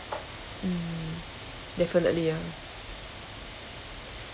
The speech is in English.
mm definitely ya